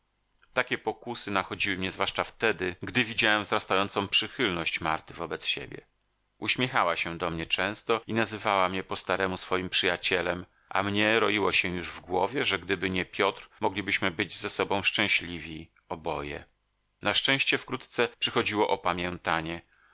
takie pokusy nachodziły mnie zwłaszcza wtedy gdy widziałem wzrastającą przychylność marty wobec siebie uśmiechała się do mnie często i nazywała mnie po staremu swoim przyjacielem a mnie roiło się już po głowie że gdyby nie piotr moglibyśmy być ze sobą szczęśliwi oboje na szczęście wkrótce przychodziło opamiętanie